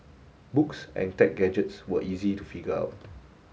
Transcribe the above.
books and tech gadgets were easy to figure out